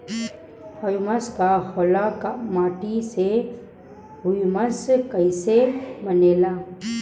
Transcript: Humus का होला माटी मे ह्यूमस कइसे बनेला?